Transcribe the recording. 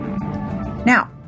Now